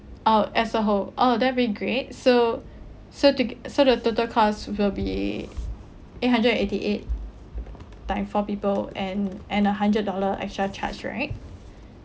oh as a whole oh that'll be great so so toge~ so the total cost will be eight hundred and eighty eight times four people and and a hundred dollar extra charge right